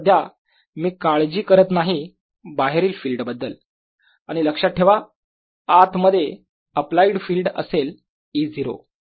आता सध्या मी काळजी करत नाही बाहेरील फिल्ड बद्दल आणि लक्षात ठेवा आतमध्ये अप्लाइड फिल्ड असेल E0